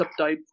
subtype